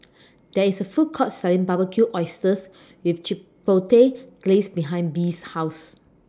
There IS A Food Court Selling Barbecued Oysters with Chipotle Glaze behind Bea's House